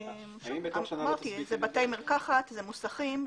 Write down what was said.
אמרתי, אלה בתי מרקחת, אלה מוסכים.